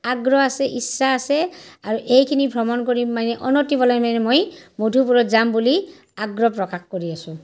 আগ্ৰহ আছে ইচ্ছা আছে আৰু এইখিনি ভ্ৰমণ কৰিম মানে অনতি পলমে মই মধুপুৰত যাম বুলি আগ্ৰহ প্ৰকাশ কৰি আছোঁ